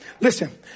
listen